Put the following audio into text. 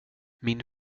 min